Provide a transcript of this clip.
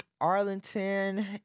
Arlington